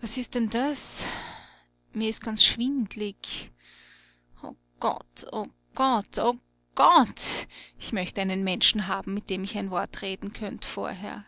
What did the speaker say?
was ist denn das mir ist ganz schwindlig o gott o gott o gott ich möcht einen menschen haben mit dem ich ein wort reden könnt vorher